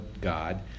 God